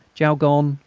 jaulgonne,